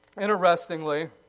Interestingly